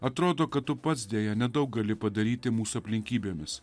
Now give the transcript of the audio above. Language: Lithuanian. atrodo kad tu pats deja nedaug gali padaryti mūsų aplinkybėmis